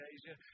Asia